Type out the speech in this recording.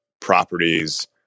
properties